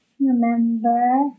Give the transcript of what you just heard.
Remember